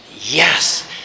yes